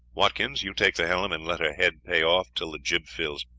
watkins, you take the helm and let her head pay off till the jib fills.